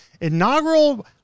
inaugural